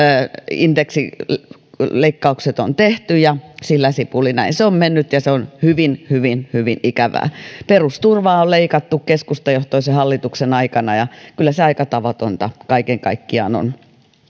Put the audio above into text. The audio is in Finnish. indeksileikkaukset on tehty ja sillä sipuli näin se on mennyt ja se on hyvin hyvin hyvin ikävää perusturvaa on leikattu keskustajohtoisen hallituksen aikana ja kyllä se aika tavatonta kaiken kaikkiaan on